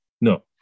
No